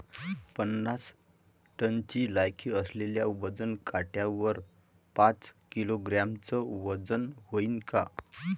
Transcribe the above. पन्नास टनची लायकी असलेल्या वजन काट्यावर पाच किलोग्रॅमचं वजन व्हईन का?